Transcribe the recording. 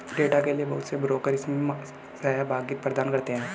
data के लिये बहुत से ब्रोकर इसमें सहभागिता प्रदान करते हैं